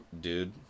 dude